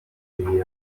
biri